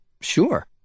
Sure